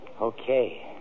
Okay